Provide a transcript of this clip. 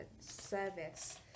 service